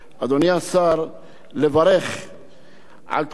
על סיום תקופה קשה את אותם לוחמי האש,